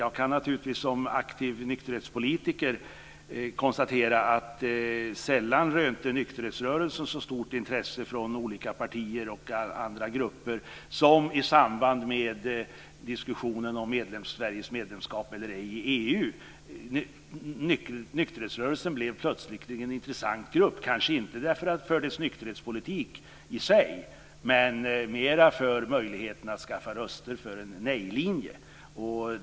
Jag kan som aktiv nykterhetspolitiker konstatera att sällan har nykterhetsrörelsen rönt så stort intresse från olika partier och grupper som i samband med diskussionen om Sveriges medlemskap eller ej i EU. Nykterhetsrörelsen blev plötsligt en intressant grupp, kanske inte för dess nykterhetspolitik i sig utan mer för möjligheten att skaffa röster för en nej-linje.